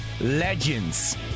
legends